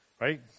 right